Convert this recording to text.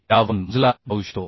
यावरून मोजला जाऊ शकतो